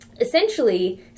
essentially